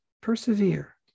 persevere